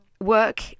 Work